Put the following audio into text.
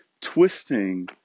twisting